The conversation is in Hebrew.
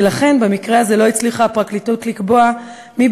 ולכן במקרה הזה לא הצליחה הפרקליטות לקבוע מי